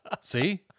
See